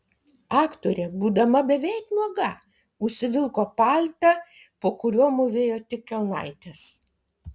aktorė būdama beveik nuoga užsivilko paltą po kuriuo mūvėjo tik kelnaites